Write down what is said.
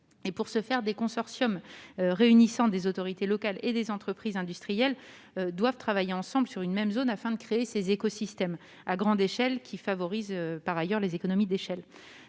Pour ce faire, des consortiums réunissant des autorités locales et des entreprises industrielles doivent travailler ensemble sur une même zone afin de créer ces écosystèmes à grande échelle, qui favorisent par ailleurs les économies d'échelle.